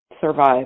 survive